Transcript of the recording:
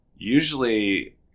Usually